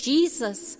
Jesus